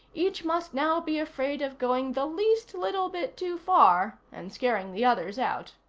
each must now be afraid of going the least little bit too far and scaring the others out.